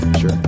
sure